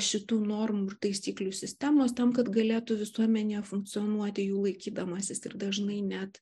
šitų normų ir taisyklių sistemos tam kad galėtų visuomenė funkcionuoti jų laikydamasis ir dažnai net